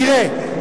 תראה,